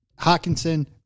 Hawkinson